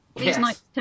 Yes